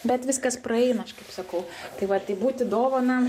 bet viskas praeina aš kaip sakau tai vat tai būti dovana